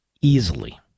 easily